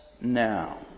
now